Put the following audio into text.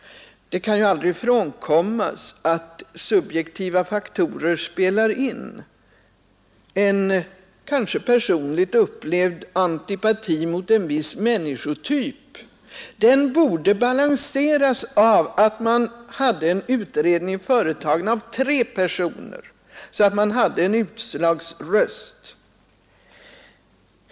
Vi kan aldrig komma ifrån att subjektiva faktorer spelar in, kanske en personligt upplevd antipati mot en viss människotyp. Detta borde balanseras av att utredningen företas av tre personer, så att man får en utslagsröst.